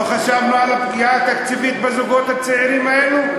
לא חשבנו על פגיעה תקציבית בזוגות הצעירים האלו,